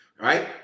right